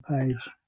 page